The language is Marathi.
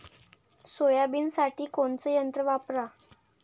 सोयाबीनसाठी कोनचं यंत्र वापरा?